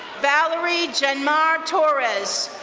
valerie genmar torres,